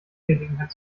gelegenheit